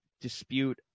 dispute